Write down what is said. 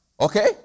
okay